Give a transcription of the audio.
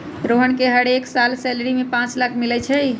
रोहन के हरेक साल सैलरी में पाच लाख मिलई छई